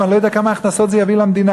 אני לא יודע כמה הכנסות זה יביא למדינה.